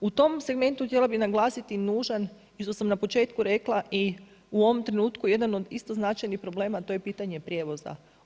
U tom segmentu htjela bih naglasiti nužan i što sam na početku rekla i u ovom trenutku jedan od isto značajnih problema, to je pitanje prijevoza.